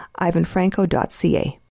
ivanfranco.ca